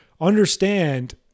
understand